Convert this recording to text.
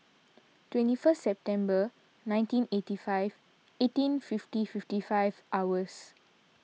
twenty first September nineteen eighty five eighteen fifty fifty five hours